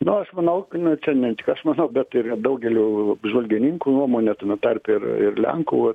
nu aš manau nu čia ne tik aš manau bet ir daugelio apžvalgininkų nuomone tame tarpe ir ir lenkų